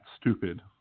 stupid